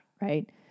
right